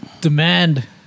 Demand